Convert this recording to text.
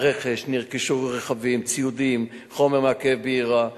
הרכש, נרכשו רכבים, ציודים, חומר מעכב בעירה.